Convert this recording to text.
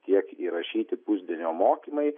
tiek įrašyti pusdienio mokymai